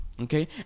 Okay